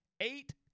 eight